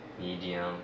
medium